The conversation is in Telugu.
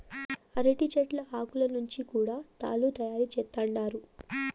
అరటి చెట్ల ఆకులను నుంచి కూడా తాళ్ళు తయారు చేత్తండారు